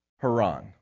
Haran